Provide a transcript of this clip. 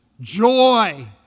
joy